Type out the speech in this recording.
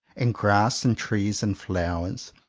and grass and trees and flowers,